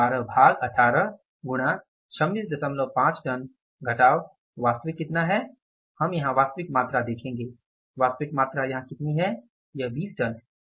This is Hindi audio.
यह 12 भाग 18 गुणा 265 टन घटाव वास्तविक कितना है हम यहां वास्तविक मात्रा देखेंगे वास्तविक मात्रा यहाँ कितनी है यह 20 टन है